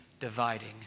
dividing